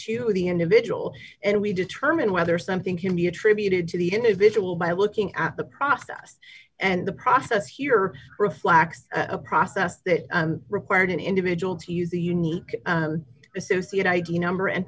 the individual and we determine whether something can be attributed to the individual by looking at the process and the process here reflects a process that required an individual to use a unique associate id number and